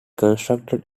constructed